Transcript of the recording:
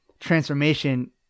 Transformation